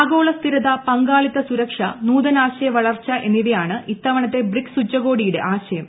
ആഗോള സ്ഥിരത പങ്കാളിത്ത സുരക്ഷ നൂതനാശയ വളർച്ച എന്നിവയാണ് ഇത്തവണത്തെ ബ്രിക്സ് ഉച്ചകോടിയുടെ ആശയം